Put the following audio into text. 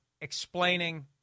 explaining—